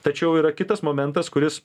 tačiau yra kitas momentas kuris